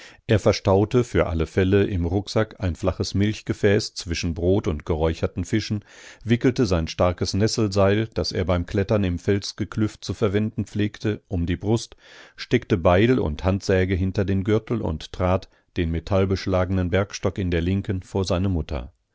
er verstaute für alle fälle im rucksack ein flaches milchgefäß zwischen brot und geräucherten fischen wickelte sein starkes nesselseil das er beim klettern im felsgeklüft zu verwenden pflegte um die brust steckte beil und handsäge hinter den gürtel und trat den metallbeschlagenen bergstock in der linken vor seine mutter